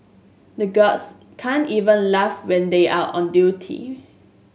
the guards can't even laugh when they are on duty